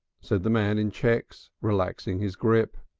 said the man in checks, relaxing his grip.